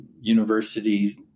university